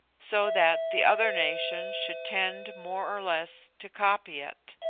so that the other nations should tend more or less to copy it.